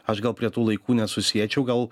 aš gal prie tų laikų nesusiečiau gal